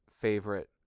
favorite